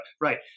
right